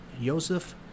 Joseph